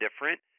different